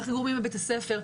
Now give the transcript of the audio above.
איך הגורמים בבית הספר,